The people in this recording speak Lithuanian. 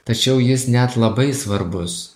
tačiau jis net labai svarbus